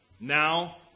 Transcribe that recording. Now